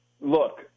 look